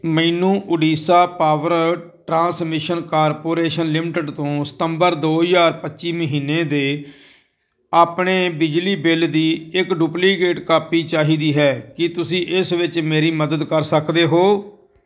ਮੈਨੂੰ Odisha power transmission corporation limited ਤੋਂ ਸਤੰਬਰ ਦੋ ਹਜ਼ਾਰ ਪੱਚੀ ਮਹੀਨੇ ਦੇ ਆਪਣੇ ਬਿਜਲੀ ਬਿੱਲ ਦੀ ਇੱਕ ਡੁਪਲੀਕੇਟ ਕਾਪੀ ਚਾਹੀਦੀ ਹੈ ਕੀ ਤੁਸੀਂ ਇਸ ਵਿੱਚ ਮੇਰੀ ਮਦਦ ਕਰ ਸਕਦੇ ਹੋ